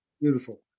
Beautiful